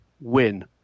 win